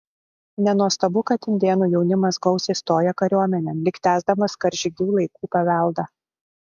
nenuostabu kad indėnų jaunimas gausiai stoja kariuomenėn lyg tęsdamas karžygių laikų paveldą